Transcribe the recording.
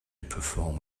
perform